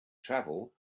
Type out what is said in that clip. travel